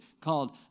called